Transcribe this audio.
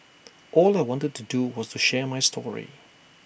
all I wanted to do was to share my story